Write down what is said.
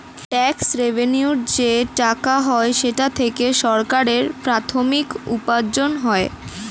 tax রেভেন্যুর যে টাকা হয় সেটা থেকে সরকারের প্রাথমিক উপার্জন হয়